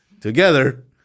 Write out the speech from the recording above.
together